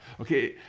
Okay